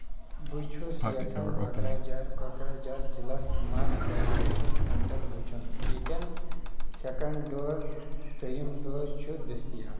بہٕ چھُس یژھان کوکرٛاجھار کوکرٛاجھار ضلعس مَنٛز ویکسِنیشن سینٹر وٕچھُن ییٚتٮ۪ن سیکَنڈ ڈوز دٔیُم ڈوز چھُ دٔستِیاب